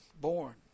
born